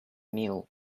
meal